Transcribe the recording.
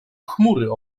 chmury